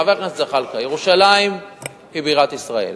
חבר הכנסת זחאלקה, ירושלים היא בירת ישראל.